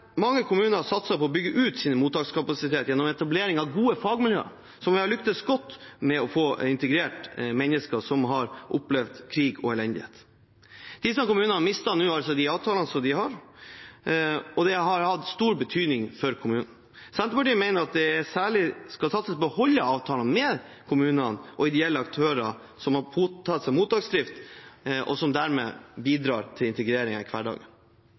Mange kommuner har satset på å bygge ut sin mottakskapasitet gjennom etablering av gode fagmiljøer, og har lyktes godt med å få integrert mennesker som har opplevd krig og elendighet. Disse kommunene mister nå de avtalene som de har, som har hatt stor betydning for kommunene. Senterpartiet mener at det særlig skal satses på å beholde avtaler med kommuner og ideelle aktører som har påtatt seg mottaksdrift, og som dermed bidrar til integrering i hverdagen.